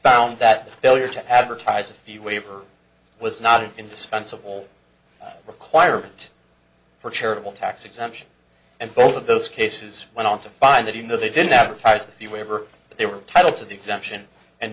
found that failure to advertise a few waiver was not an indispensable requirement for charitable tax exemption and both of those cases went on to find that even though they didn't advertise that the waiver they were title to the exemption and